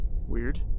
Weird